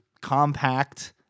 compact